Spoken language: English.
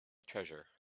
treasure